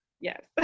yes